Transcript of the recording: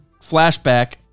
flashback